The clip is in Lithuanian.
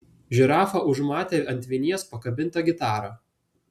žirafa užmatė ant vinies pakabintą gitarą